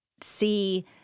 see